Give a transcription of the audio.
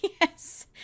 Yes